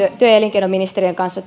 elinkeinoministeriön kanssa